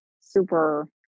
super